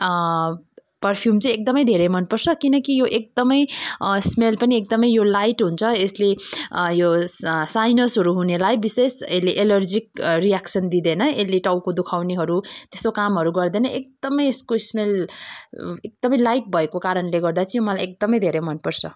perfume चाहिँ एकदम धेरै मन पर्छ किनकि यो एकदम स्मेल पनि एकदम यो लाइट हुन्छ यसले साइनसहरू हुनेलाई चाहिँ यसले एलर्जिक रिएक्सन दिँदैन यसले टाउको दुखाउनेहरू यस्तो कामहरू गर्दैन एकदम यसको स्मेल एकदम लाइट भएको कारणले गर्दै चाहिँ मलाई एकदम धेरै मन पर्छ